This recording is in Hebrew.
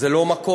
זה לא מקום,